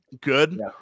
good